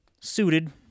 suited